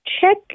check